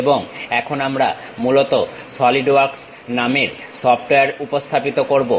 এবং এখন আমরা মূলত সলিড ওয়ার্কস নামের সফটওয়্যার উপস্থাপিত করবো